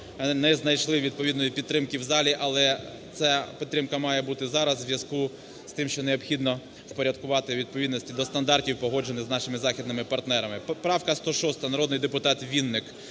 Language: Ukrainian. не знайшли відповідної підтримки в залі, але ця підтримка має бути зараз в зв'язку з тим, що необхідно впорядкувати у відповідності до стандартів, погоджених з нашими західними партнерами. Правка 106, народний депутат Вінник.